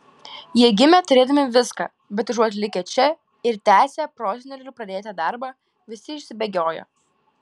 jie gimė turėdami viską bet užuot likę čia ir tęsę prosenelių pradėtą darbą visi išsibėgiojo